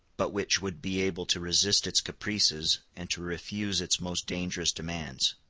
but which would be able to resist its caprices, and to refuse its most dangerous demands.